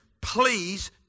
please